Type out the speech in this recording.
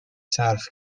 صرف